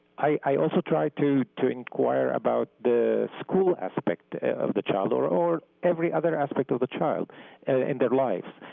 i also try to to inquire about the school aspect of the child or or every other aspect of the child and their life.